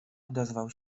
odezwał